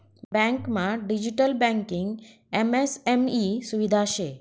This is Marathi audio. बँकमा डिजिटल बँकिंग एम.एस.एम ई सुविधा शे